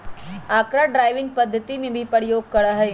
अकरा ड्राइविंग पद्धति में भी प्रयोग करा हई